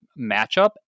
matchup